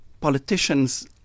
politicians